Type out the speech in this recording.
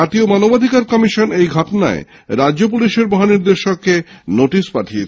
জাতীয় মানবাধিকার কমিশন এই ঘটনায় রাজ্য পুলিশের মহানির্দেশককে নোটিশ পাঠিয়েছে